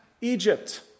Egypt